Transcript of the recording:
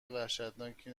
وحشتناکی